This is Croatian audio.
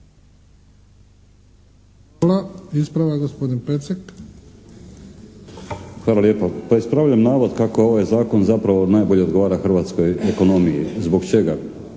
Hvala. Ispravak, gospodin Pecek. **Pecek, Željko (HSS)** Hvala lijepo. Pa ispravljam navod kako ovaj Zakon zapravo najbolje odgovara hrvatskoj ekonomiji. Zbog čega?